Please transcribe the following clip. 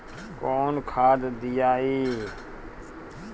कौन खाद दियई?